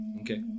Okay